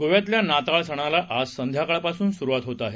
गोव्यातल्यानाताळसणालाआजसंध्याकाळपासूनसुरुवातहोतआहे